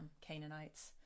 Canaanites